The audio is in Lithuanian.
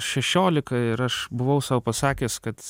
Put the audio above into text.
šešiolika ir aš buvau sau pasakęs kad